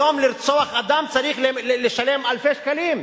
היום לרצוח אדם צריך לשלם אלפי שקלים.